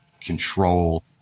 control